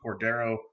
Cordero